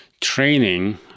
training